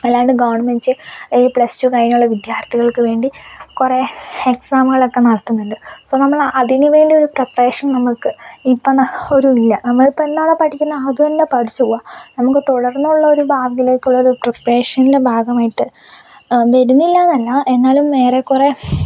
അല്ലാണ്ട് ഗവൺമെൻറ് ഈ plus two കഴിഞ്ഞുള്ള വിദ്യാർത്ഥികൾക്ക് വേണ്ടി കുറെ എക്സാമുകൾ ഒക്കെ നടത്തുന്നുണ്ട് സൊ നമ്മൾ അതിന് വേണ്ടിയൊരു പ്രീപറേഷൻ നമുക്ക് ഇപ്പം ഒരു ഇത് ഇല്ല നമ്മൾ ഇപ്പോൾ എന്താണോ പഠിക്കുന്നത് അത് തന്നെ പഠിച്ച് പോവുക നമ്മൾ തുടർന്നുള്ള ഒരു ഭാവിയിലേക്ക് ഉള്ള ഒരു പ്രീപറേഷൻ്റെ ഭാഗമായിട്ട് വരുന്നില്ലെന്നല്ല എന്നാലും ഏറെക്കുറെ